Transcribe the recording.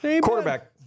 quarterback